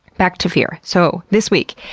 back to fear. so, this week,